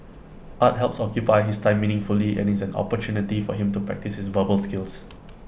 art helps occupy his time meaningfully and is an opportunity for him to practise his verbal skills